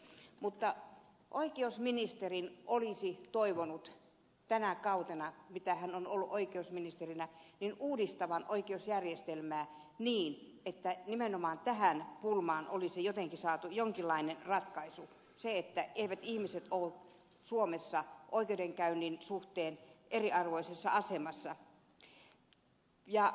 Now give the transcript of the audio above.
mutta oikeusministerin olisi toivonut tänä kautena jonka hän on ollut oikeusministerinä uudistavan oikeusjärjestelmää niin että nimenomaan tähän pulmaan olisi saatu jonkinlainen ratkaisu etteivät ihmiset olisi suomessa oikeudenkäynnin suhteen eriarvoisessa asemassa